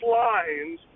lines